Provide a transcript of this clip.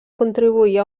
contribuir